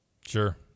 sure